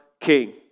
king